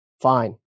fine